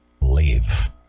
leave